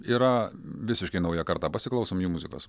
yra visiškai nauja karta pasiklausom jų muzikos